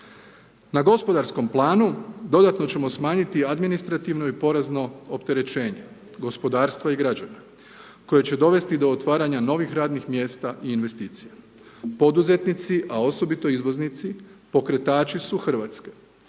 Na gospodarskom planu, dodatno ćemo smanjiti administrativno i porezno opterećenje, gospodarstvo i građana, koje će dovesti do otvaranja novih radnih mjesta i investicija. Poduzetnici, a osobito izvoznici, pokretači su Hrvatske